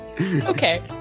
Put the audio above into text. Okay